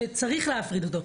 שצריך להפריד אותו.